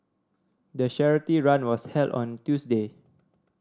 the charity run was held on a Tuesday